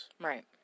Right